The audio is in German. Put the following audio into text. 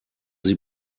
sie